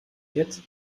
jetzt